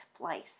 place